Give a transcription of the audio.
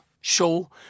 show